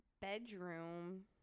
bedroom